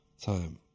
Time